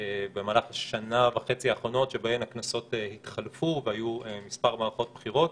במהלך השנה וחצי האחרונות שבהן הכנסות התחלפו והיו מספר מערכות בחירות,